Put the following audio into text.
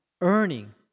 earning